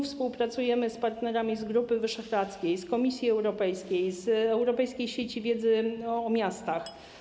Współpracujemy w tej kwestii z partnerami z Grupy Wyszehradzkiej, z Komisji Europejskiej, z Europejskiej Sieci Wiedzy o Miastach.